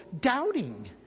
doubting